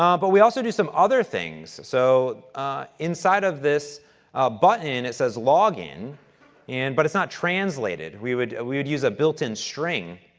um but we also do some other things, so inside of this button, it says log-in and but it's not translated. we would we would use a built-in string,